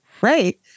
Right